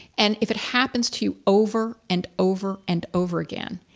and if it happens to you over and over and over again,